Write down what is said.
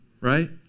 right